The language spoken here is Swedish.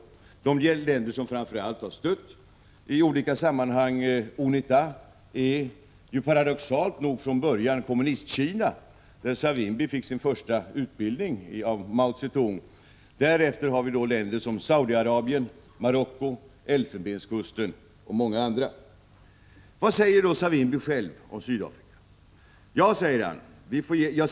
Bland de länder som framför allt har stött UNITA i olika sammanhang är paradoxalt nog Kommunistkina, där Savimbi fick sin första utbildning av Mao Tse-Tung. Det har därefter varit länder som Saudiarabien, Marocko, Elfenbenskusten och många andra. Vad säger då Savimbi själv om Sydafrika?